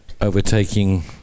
overtaking